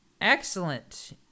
Excellent